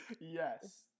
yes